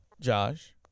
Josh